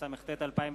התשס”ט 2009,